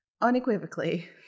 unequivocally